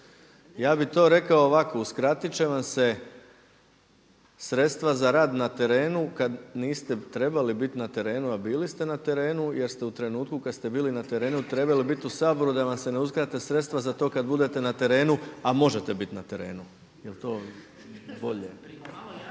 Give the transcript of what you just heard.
Ja bih to rekao ovako. Uskratit će vam se sredstva za rad na terenu kad niste trebali biti na terenu, a bili ste na terenu jer ste u trenutku kad ste bili na terenu trebali biti u Saboru da vam se ne uskrate sredstva za to kad budete na terenu, a možete biti na terenu. Jel' to bolje?